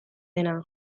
dena